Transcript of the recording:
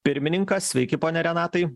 pirmininką sveiki pone renatai